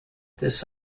this